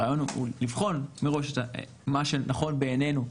הרעיון הוא לבחון מראש את מה שנכון בעינינו.